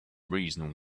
reason